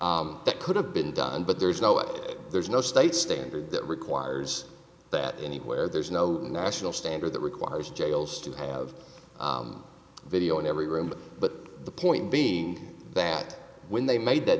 audio that could have been done but there's no it there's no state standard that requires that anywhere there's no national standard that requires jails to have video in every room but the point being that when they made th